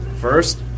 first